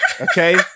Okay